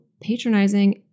patronizing